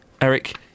Eric